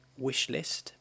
Wishlist